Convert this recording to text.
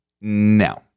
no